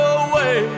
away